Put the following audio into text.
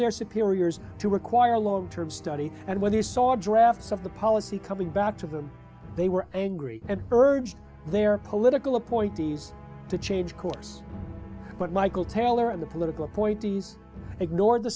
their superiors to require a long term study and when he saw drafts of the policy coming back to them they were angry and urged their political appointees to change course but michael taylor and the political appointees ignored the